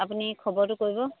আপুনি খবৰটো কৰিব